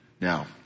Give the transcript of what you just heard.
Now